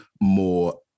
more